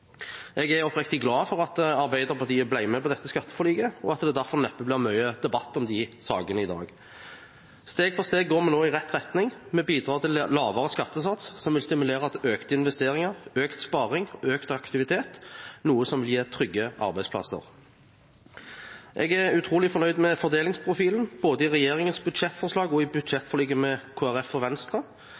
Jeg er oppriktig glad for at Arbeiderpartiet ble med på dette skatteforliket, og at det derfor neppe blir mye debatt om de sakene i dag. Steg for steg går vi nå i rett retning. Vi bidrar til lavere skattesats, som vil bidra til økte investeringer, økt sparing og økt aktivitet, noe som gir trygge arbeidsplasser. Jeg er utrolig fornøyd med fordelingsprofilen, både i regjeringens budsjettforslag og i budsjettforliket med Kristelig Folkeparti og Venstre.